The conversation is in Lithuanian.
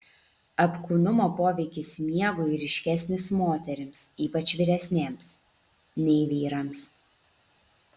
apkūnumo poveikis miegui ryškesnis moterims ypač vyresnėms nei vyrams